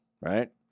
right